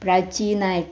Prachi Naik